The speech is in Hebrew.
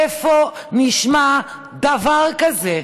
איפה נשמע דבר כזה?